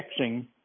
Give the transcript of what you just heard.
texting